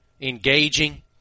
engaging